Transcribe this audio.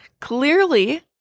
Clearly